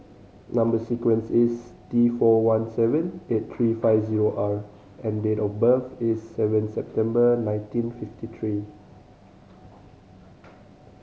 number sequence is T four one seven eight three five zero R and date of birth is seven September nineteen fifty three